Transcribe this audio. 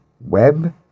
web